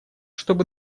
чтобы